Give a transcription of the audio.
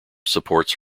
supports